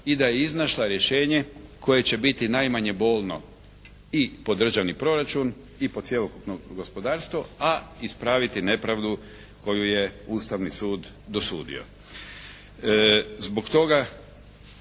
i da je iznašla rješenje koje će biti najmanje bolno i po državni proračun i po cjelokupno gospodarstvo, a ispraviti nepravdu koju je Ustavni sud dosudio. Zbog toga